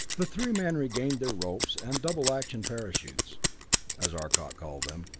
the three men regained their ropes and double action parachutes as arcot called them,